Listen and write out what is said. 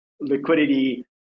liquidity